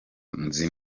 nzi